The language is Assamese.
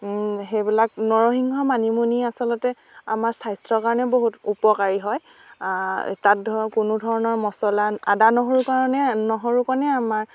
সেইবিলাক নৰসিংহ মানিমুনি আচলতে আমাৰ স্বাস্থ্য়ৰ কাৰণে বহুত উপকাৰী হয় তাত ধৰক কোনো ধৰণৰ মচলা আদা নহৰু কাৰণে নহৰুকণে আমাৰ